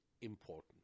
important